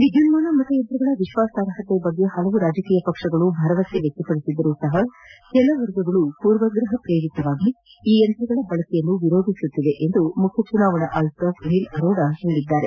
ವಿದ್ಯುನ್ಮಾನ ಮತಯಂತ್ರಗಳ ವಿಶ್ವಾಸಾರ್ಹತೆ ಕುರಿತು ಹಲವು ರಾಜಕೀಯ ಪಕ್ಷಗಳು ಭರವಸೆ ವ್ಯಕ್ತಪಡಿಸಿದ್ದರೂ ಕೆಲವು ವರ್ಗಗಳು ಪೂರ್ವಗ್ರಹ ಪ್ರೇರಿತರಾಗಿ ಈ ಯಂತ್ರಗಳ ಬಳಕೆಯನ್ನು ವಿರೋಧಿಸುತ್ತಿವೆ ಎಂದು ಮುಖ್ಯ ಚುನಾವಣಾ ಆಯುಕ್ತ ಸುನೀಲ್ ಅರೋರಾ ಹೇಳಿದ್ದಾರೆ